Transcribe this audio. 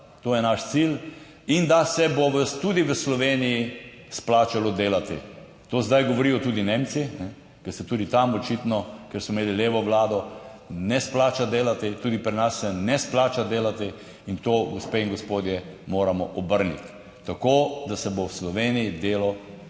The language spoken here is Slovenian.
to je naš cilj in da se bo tudi v Sloveniji splačalo delati. To zdaj govorijo tudi Nemci, ker se tudi tam očitno, ker so imeli levo vlado, ne splača delati tudi pri nas se ne splača delati in to, gospe in gospodje, moramo obrniti, tako da se bo v Sloveniji delo splačalo,